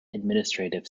administrative